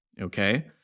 okay